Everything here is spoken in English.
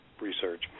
research